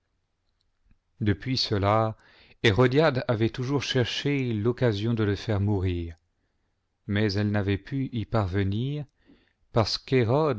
depuis cela hérodiade avait toujours cherché l'occasion de le faire mourir mais elie n'avait pu parvenir